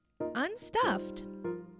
unstuffed